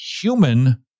human